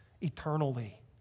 eternally